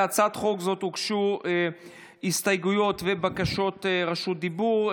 להצעת חוק זו הוגשו הסתייגויות ובקשות רשות דיבור.